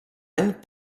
any